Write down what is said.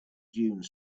dune